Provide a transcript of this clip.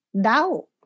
doubt